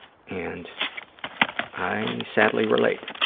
and i, sadly, relate.